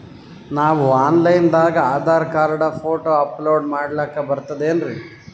ನಾವು online ದಾಗ Aadhaar card, photo upload ಮಾಡ್ಲಕ ಬರ್ತದೇನ್ರಿ?